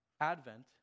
Advent